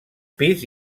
pis